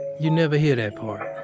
you never hear that part.